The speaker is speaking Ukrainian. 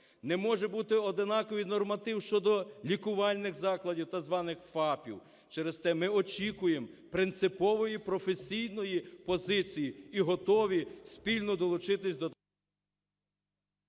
Не може бути однаковий норматив щодо лікувальних закладів так званих ФАПів. Через те ми очікуємо принципової професійної позиції і готові спільно долучитись до… ГОЛОВУЮЧИЙ. Дякую. Я передаю